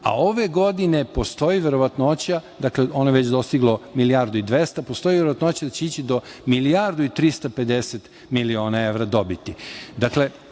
a ove godine postoji verovatnoća, ona je već dostigla milijardu i 200, postoji verovatnoća da će ići do milijardu i 350 miliona evra dobiti. Dakle,